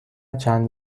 چند